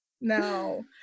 No